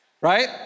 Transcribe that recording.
Right